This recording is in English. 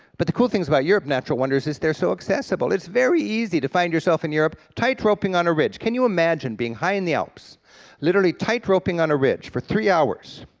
but the cool things about europe natural wonders is they're so accessible. it's very easy to find yourself in europe tight-roping on a ridge. can you imagine being high in the alps literally tight roping on a ridge for three hours?